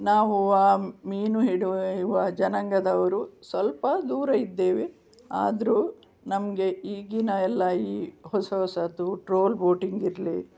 ನಾವು ಆ ಮೀನು ಹಿಡಿವಯುವ ಜನಾಂಗದವರು ಸ್ವಲ್ಪ ದೂರ ಇದ್ದೇವೆ ಆದರು ನಮಗೆ ಈಗಿನ ಎಲ್ಲಾ ಈ ಹೊಸ ಹೊಸತು ಟ್ರೋಲ್ ಬೋಟಿಂಗ್ ಇರಲಿ